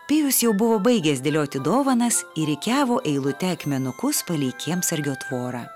pijus jau buvo baigęs dėlioti dovanas ir rikiavo eilute akmenukus palei kiemsargio tvorą